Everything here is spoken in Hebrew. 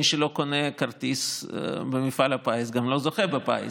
מי שלא קונה כרטיס במפעל הפיס גם לא זוכה בפיס,